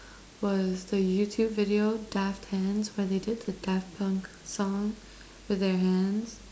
was the YouTube video daft hands where they did the daft punk song with their hands